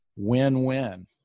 win-win